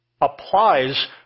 applies